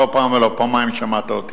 לא פעם ולא פעמיים שמעת אותי,